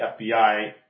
FBI